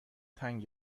تنگ